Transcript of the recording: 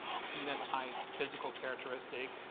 phenotype physical characteristic?